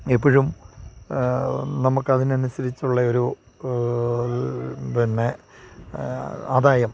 എപ്പോഴും നമുക്ക് അതിന് അനുസരിച്ചുള്ള ഒരു പിന്നെ ആദായം